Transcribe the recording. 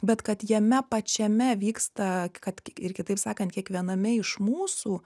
bet kad jame pačiame vyksta kad ir kitaip sakant kiekviename iš mūsų